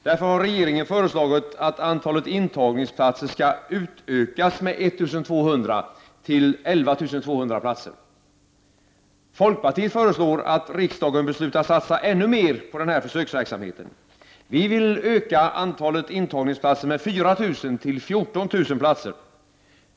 Därför har regeringen föreslagit att antalet intagningsplatser skall utökas med 1 200, till 11 200 platser. Folkpartiet föreslår att riksdagen beslutar satsa ännu mer på den här försöksverksamheten. Vi vill öka antalet intagningsplatser med 4 000, till 14 000 platser.